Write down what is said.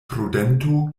prudento